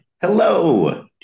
hello